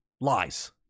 lies